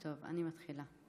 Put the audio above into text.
טוב, אני מתחילה.